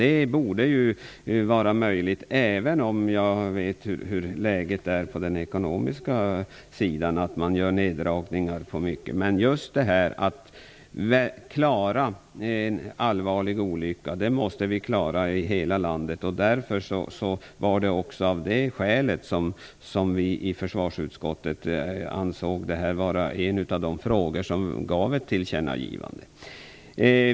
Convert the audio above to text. Det borde vara möjligt trots läget på den ekonomiska sidan med neddragningar på många områden. Men vi måste klara en allvarlig olycka oavsett var i landet den sker. Det var också av det skälet som vi i försvarsutskottet ansåg den här frågan vara en av dem som borde leda till ett tillkännagivande.